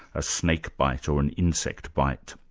a snake bite or an insect bite.